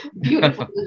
beautiful